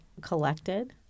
collected